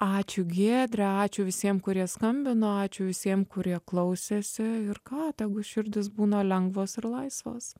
ačiū giedre ačiū visiem kurie skambino ačiū visiem kurie klausėsi ir ką tegu širdys būna lengvos ir laisvos